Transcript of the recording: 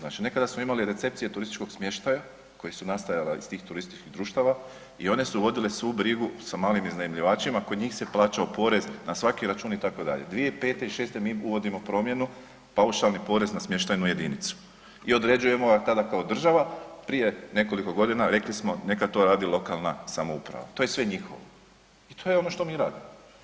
Nekada smo imali recepcije turističkog smještaja koja su nastajala iz tih turističkih društava i one su vodile svu brigu sa malim iznajmljivačima, kod njih se plaćao porez na svaki račun itd., 2005. i'06. mi uvodimo promjenu paušalni iznos na smještajnu jedinicu i određujemo tada kao država prije nekoliko godina rekli smo neka to radi lokalna samouprava, to je sve njihovo i to je ono što mi radimo.